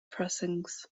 pressings